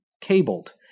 cabled